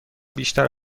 بیشتر